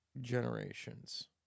generations